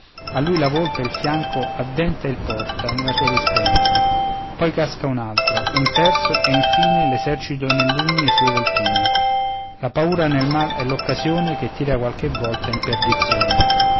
a lui la volpe il fianco addenta e il porta nella sua dispensa poi casca un altro un terzo e mezzo infine l'esercito nell'ugne sue volpine la paura del mal è l'occasione che tira qualche volta in perdizione